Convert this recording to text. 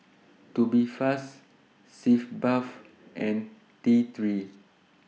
Tubifast Sitz Bath and T three